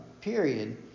period